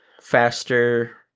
faster